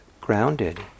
grounded